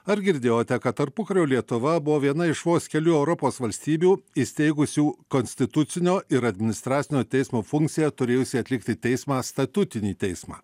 ar girdėjote kad tarpukario lietuva buvo viena iš vos kelių europos valstybių įsteigusių konstitucinio ir administracinio teismo funkciją turėjusį atlikti teismą statutinį teismą